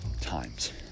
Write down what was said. times